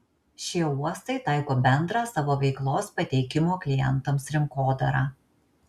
šie uostai taiko bendrą savo veiklos pateikimo klientams rinkodarą